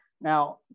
Now